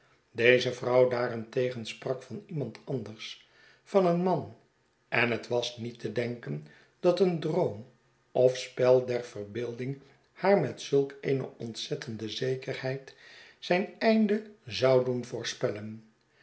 deze vrouw daarentegen sprak van iemand anders van een man en het was niet te denken dat een droom of spel der verbeelding haar met zulk eene ontzettende zekerheid zijn einde zou doen voorspellen